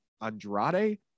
Andrade